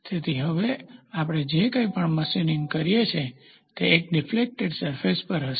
તેથી હવે આપણે જે કંઇ પણ મશીનીંગ કરીએ છીએ તે એક ડીફ્લેક્ટેડ સરફેસ પર હશે